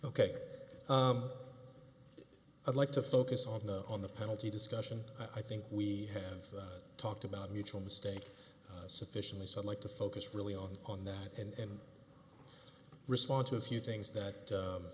ok i'd like to focus on the on the penalty discussion i think we have talked about mutual mistake sufficiently so i'd like to focus really on on that and respond to a few things that